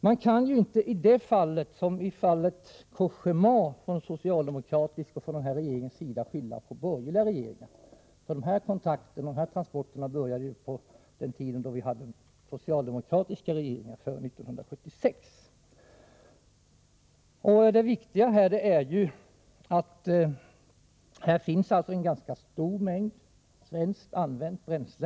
Man kan därvidlag inte som i fallet Cogéma från socialdemokraternas och den nuvarande regeringens sida skylla på borgerliga regeringar, för kontakterna beträffande transporterna i detta fall började under tiden före 1976, då vi hade en socialdemokratisk regering. Vad som är viktigt är att det gäller en ganska stor mängd använt svenskt bränsle.